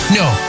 no